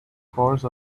course